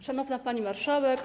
Szanowna Pani Marszałek!